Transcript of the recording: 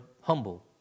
humble